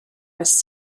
was